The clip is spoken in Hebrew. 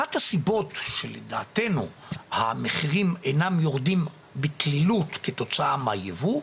אחת הסיבות שלדעתנו המחירים אינם יורדים בקלילות כתוצאה מהייבוא,